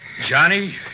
Johnny